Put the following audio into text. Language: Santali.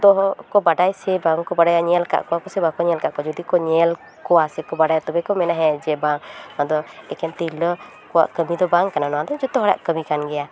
ᱫᱚᱠᱚ ᱵᱟᱰᱟᱭᱟ ᱥᱮ ᱵᱟᱝ ᱠᱚ ᱵᱟᱰᱟᱭᱟ ᱧᱮᱞ ᱟᱠᱟᱫ ᱠᱚᱣᱟ ᱠᱚᱥᱮ ᱵᱟᱠᱚ ᱧᱮᱞ ᱟᱠᱟᱫ ᱠᱚᱣᱟ ᱡᱩᱫᱤ ᱠᱚ ᱧᱮᱞ ᱠᱚᱣᱟ ᱥᱮᱠᱚ ᱵᱟᱲᱟᱭ ᱛᱳᱵᱮ ᱠᱚ ᱢᱮᱱᱟ ᱦᱮᱸ ᱡᱮ ᱵᱟᱝ ᱱᱚᱣᱟ ᱫᱚ ᱮᱠᱮᱱ ᱛᱤᱨᱞᱟᱹ ᱠᱚᱣᱟᱜ ᱠᱟᱹᱢᱤ ᱫᱚ ᱵᱟᱝ ᱠᱟᱱᱟ ᱱᱚᱣᱟ ᱫᱚ ᱡᱚᱛᱚ ᱦᱚᱲᱟᱜ ᱠᱟᱹᱢᱤ ᱠᱟᱱ ᱜᱮᱭᱟ